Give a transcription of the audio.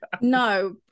No